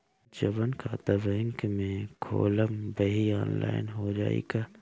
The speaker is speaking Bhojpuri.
जवन खाता बैंक में खोलम वही आनलाइन हो जाई का?